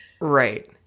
Right